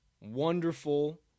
wonderful